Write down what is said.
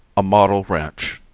a model ranch